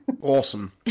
Awesome